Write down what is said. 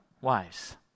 Wives